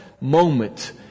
moment